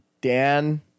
Dan